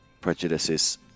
prejudices